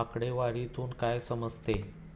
आकडेवारीतून काय समजते?